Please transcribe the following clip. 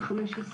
אני מאוד מבקשת.